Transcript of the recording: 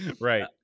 right